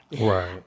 Right